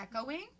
echoing